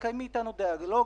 תקיימי איתנו דיאלוג,